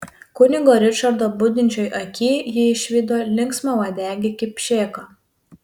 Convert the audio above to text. kunigo ričardo budinčioj aky ji išvydo linksmauodegį kipšėką